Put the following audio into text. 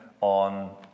on